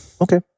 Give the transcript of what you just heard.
Okay